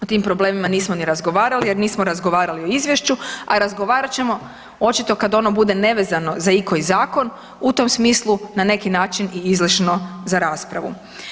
O tim problemima nismo ni razgovarali jer nismo razgovarali o izvješću, a razgovarat ćemo očito kad ono bude nevezano za ikoji zakon, u tom smislu na neki način i izlišno za raspravu.